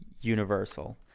universal